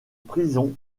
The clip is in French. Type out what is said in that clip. prison